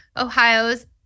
Ohio's